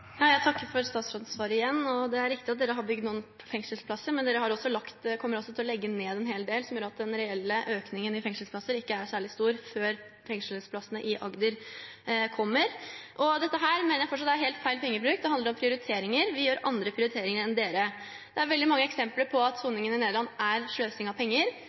Jeg takker igjen for statsrådens svar. Det er riktig at regjeringen har bygd noen fengselsplasser, men den kommer også til å legge ned en hel del, noe som gjør at den reelle økningen av fengselsplasser ikke er særlig stor før fengselsplassene i Agder kommer. Dette mener jeg fortsatt er helt feil pengebruk. Dette handler om prioriteringer, vi gjør andre prioriteringer enn regjeringen. Det er veldig mange eksempler på at soningen i Nederland er sløsing med penger.